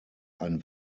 ein